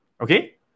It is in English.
Okay